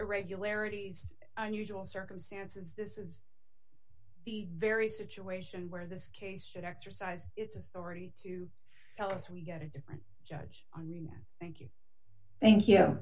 irregularities unusual circumstances this is the very situation where this case should exercise its authority to tell us we get a different judge on remand thank you thank you